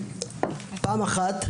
פעם אחת,